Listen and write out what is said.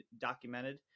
documented